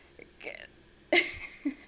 can